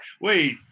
wait